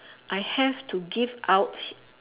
I have to give out